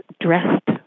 dressed